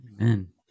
amen